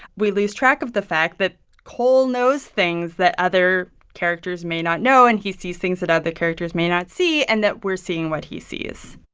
we lose track of the fact that cole knows things that other characters may not know, and he sees things that other characters may not see, and that we're seeing what he sees